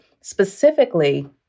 specifically